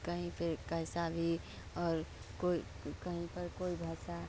कहीं पर कैसा भी और कोई कहीं पर कोई भाषा